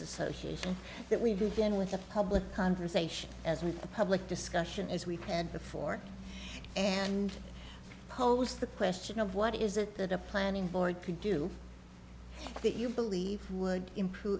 association that we began with a public conversation as with a public discussion as we've had before and posed the question of what is it that a planning board could do that you believe would improve